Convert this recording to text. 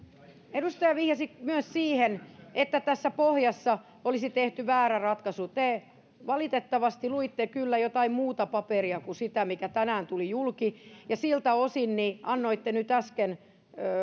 edustaja vihjasi myös että tässä pohjassa olisi tehty väärä ratkaisu te kyllä valitettavasti luitte jotain muuta paperia kuin sitä mikä tänään tuli julki ja siltä osin annoitte äsken